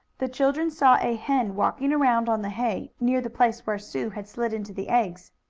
the children saw a hen walking around on the hay, near the place where sue had slid into the eggs.